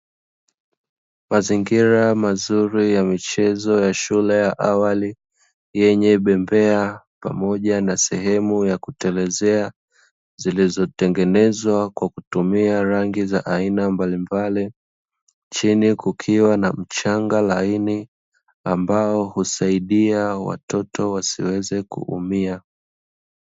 Mazingira mazuri ya michezo ya shule ya awali, yenye bembea pamoja na sehemu ya kutelezea zilizotengenezwa kwa kutumia rangi mbalimbali. Chini Kuna mchanga laini watoto wasiweze kuumia.